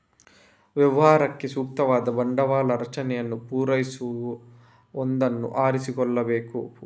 ವ್ಯವಹಾರಕ್ಕೆ ಸೂಕ್ತವಾದ ಬಂಡವಾಳ ರಚನೆಯನ್ನು ಪೂರೈಸುವ ಒಂದನ್ನು ಆರಿಸಿಕೊಳ್ಳಬೇಕು